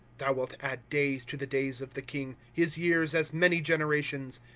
thou wilt add days to the days of the king, his years as many generations.